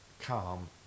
calm